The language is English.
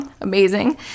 Amazing